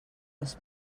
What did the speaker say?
les